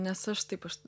nes aš taip aš